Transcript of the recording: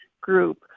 group